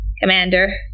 Commander